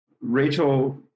Rachel